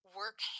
work